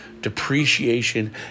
depreciation